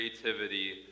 creativity